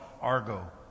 Argo